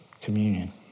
communion